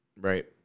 Right